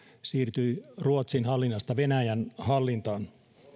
siirtyi ruotsin hallinnasta venäjän hallintaan